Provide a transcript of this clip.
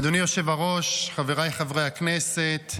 אדוני היושב הראש, חבריי חברי הכנסת,